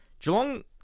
Geelong